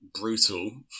brutal